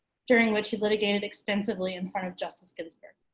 during which he litigated extensively in front of justice ginsburg.